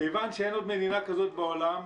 כיוון שאין עוד מדינה כזאת בעולם,